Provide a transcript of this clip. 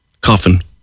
coffin